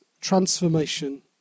transformation